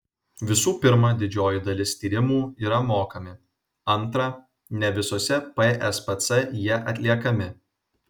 visų pirma didžioji dalis tyrimų yra mokami antra ne visose pspc jie atliekami